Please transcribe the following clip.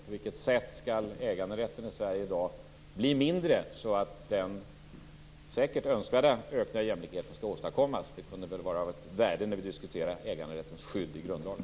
På vilket sätt skall äganderätten i Sverige i dag bli mindre så att den, säkert önskvärda, ökningen av jämlikheten skall åstadkommas? Det kunde vara av värde att få reda på det när vi diskuterar äganderättens skydd i grundlagen.